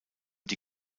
die